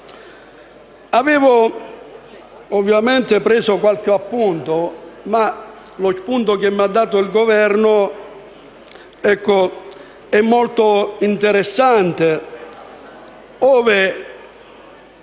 preso qualche appunto, ma lo spunto che mi ha dato il Governo è molto interessante,